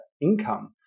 income